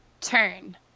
turn